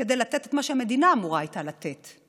כדי לתת את מה שהמדינה אמורה הייתה לתת.